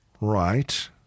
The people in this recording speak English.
Right